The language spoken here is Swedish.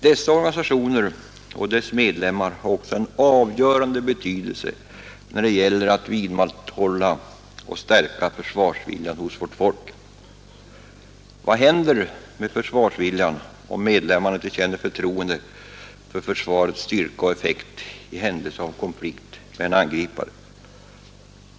Dessa organisationer och deras medlemmar har också en avgörande betydelse när det gäller att vidmakthålla och stärka försvarsviljan hos vårt folk. Vad händer med försvarsviljan om medlemmarna inte känner förtroende för försvarets styrka och effekt i händelse av konflikt med en angripare?